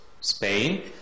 Spain